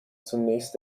zunächst